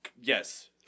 Yes